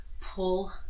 pull